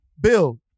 Bill